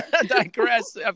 Digress